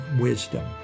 wisdom